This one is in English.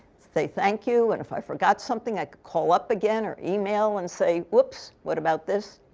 say thank you. and if i forgot something, i call up again or email and say, oops, what about this.